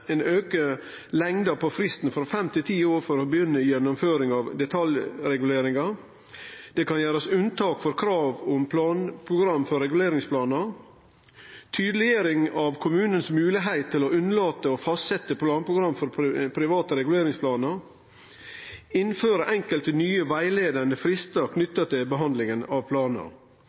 ein auke i lengda på fristen frå fem til ti år for å begynne gjennomføringa av detaljreguleringar at det kan gjerast unntak frå krav om planprogram for reguleringsplanar ei tydeleggjering av at kommunane har høve til å unnlate å fastsetje planprogram for private reguleringsplanar innføring av enkelte nye rettleiande fristar knytte til behandlinga av planar